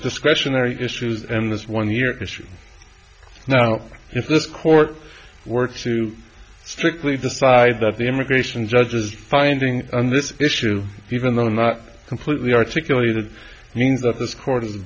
discretionary issues and this one year issue now if this court were to strictly decide that the immigration judge is finding this issue even though not completely articulated means that this court is